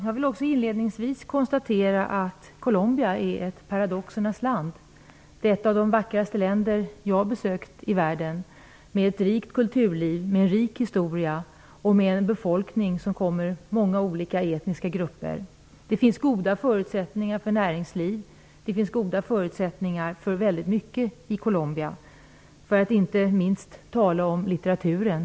Jag kan inledningsvis konstatera att Colombia är ett paradoxernas land. Det är ett av de vackraste länder i världen jag har besökt. Colombia har ett rikt kulturliv, en rik historia och en befolkning som från många olika etniska grupper. Det finns goda förutsättningar för näringsliv och väldigt mycket annat i Colombia, inte minst litteraturen.